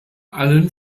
allen